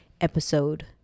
episode